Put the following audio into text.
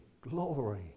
glory